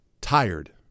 tired